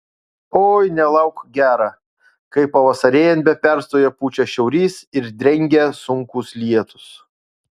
oi nelauk gera kai pavasarėjant be perstojo pučia šiaurys ir drengia sunkūs lietūs